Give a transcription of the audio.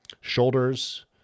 shoulders